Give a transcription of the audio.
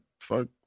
fuck